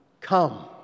come